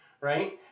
right